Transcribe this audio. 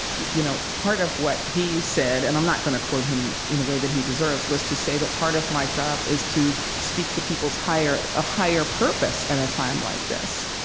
you know, part of what he said, and i'm not going to quote him in a way that he deserves, was to say that part of my job is to speak to people's higher a higher purpose at a time like this.